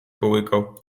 połykał